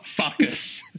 fuckers